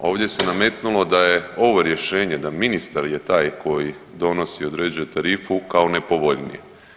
Ovdje se nametnulo da je ovo rješenje da ministar je taj koji donosi, određuje tarifu kao nepovoljnije.